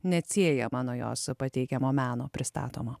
neatsiejama nuo jos pateikiamo meno pristatoma